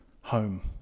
home